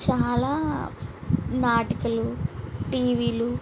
చాలా నాటికలు టీవీలు